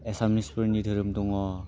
एसामिसफोरनि धोरोम दङ